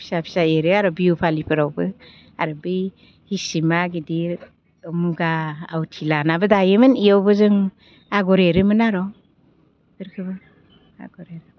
फिसा फिसा एरो आरो बिहु फालिफोरावबो आरो बे हिसिमा गिदिर मुगा आवथि लानाबो दायोमोन बेयावबो जों आगर एरोमोन आरो बेफोरखैबो आगर एरोमोन